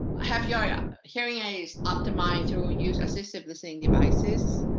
have your yeah hearing aids optimized to use assistive listening devices.